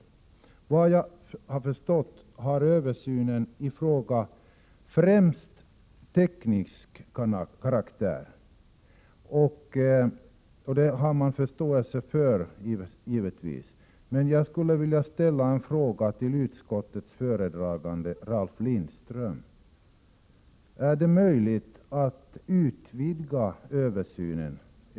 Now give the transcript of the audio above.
Såvitt jag kan förstå har översynen i fråga främst teknisk karaktär. Detta har jag givetvis förståelse för, men jag skulle vilja ställa en fråga till utskottets talesman Ralf Lindström: Är det möjligt att utvidga översynen?